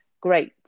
great